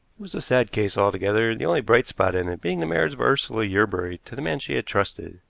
was a sad case altogether, the only bright spot in it being the marriage of ursula yerbury to the man she had trusted,